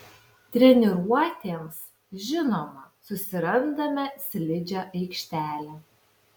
treniruotėms žinoma susirandame slidžią aikštelę